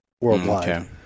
worldwide